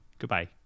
Goodbye